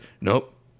nope